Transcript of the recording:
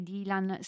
Dylan